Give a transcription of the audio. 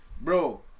Bro